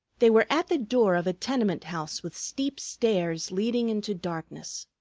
they were at the door of a tenement house with steep stairs leading into darkness.